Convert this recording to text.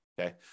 okay